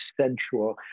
sensual